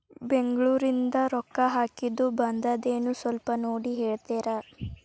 ಬೆಂಗ್ಳೂರಿಂದ ರೊಕ್ಕ ಹಾಕ್ಕಿದ್ದು ಬಂದದೇನೊ ಸ್ವಲ್ಪ ನೋಡಿ ಹೇಳ್ತೇರ?